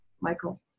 Michael